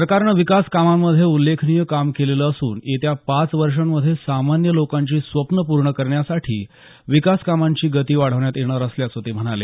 सरकारनं विकास कामांमध्ये उल्लेखनीय काम केलेलं असून येत्या पाच वर्षांमध्ये सामान्य लोकांची स्वप्न पूर्ण करण्यासाठी विकास कामांची गती वाढवण्यात येणार असल्याचं ते म्हणाले